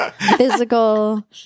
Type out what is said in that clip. Physical